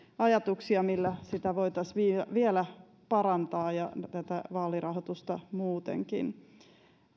ajatuksia millä voitaisiin sitä vielä parantaa ja tätä vaalirahoitusta muutenkin